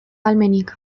ahalmenik